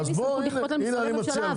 אין לי סמכות לכפות על משרדי ממשלה.